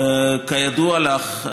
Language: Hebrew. כידוע לך,